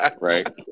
Right